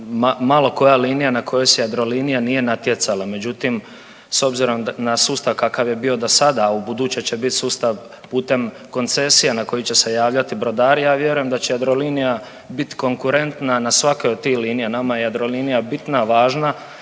malo koja linija na kojoj se Jadrolinija nije natjecala, međutim s obzirom na sustav kakav je bio do sada, ubuduće će bit sustav putem koncesija na koji će se javljati brodari. Ja vjerujem da će Jadrolinija bit konkurentna na svakoj od tih linija. Nama je Jadrolinija bitna, važna,